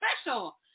special